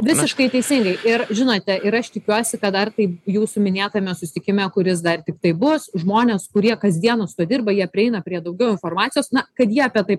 visiškai teisingai ir žinote ir aš tikiuosi kad dar kaip jūsų minėtame susitikime kuris dar tiktai bus žmonės kurie kasdieną su tuo dirba jie prieina prie daugiau informacijos na kad jie apie tai